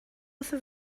wrtho